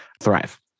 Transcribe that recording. thrive